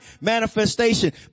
manifestation